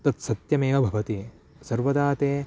तत् सत्यमेव भवति सर्वदा ते